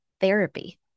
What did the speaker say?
therapy